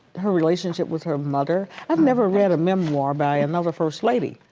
her relationship with her mother. i've never read a memoir by another first lady.